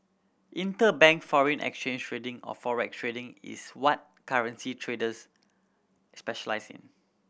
interbank foreign exchange trading of or Forex trading is what currency traders specialise in